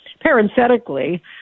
parenthetically